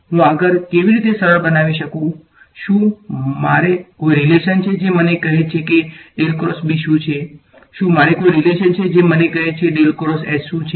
હું આગળ કેવી રીતે સરળ બનાવી શકું શું મારો કોઈ રીલેશન છે જે મને કહે છે કે શું છે શું મારે કોઈ રીલેશન છે જે મને કહે છે શુ છે